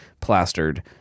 plastered